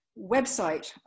website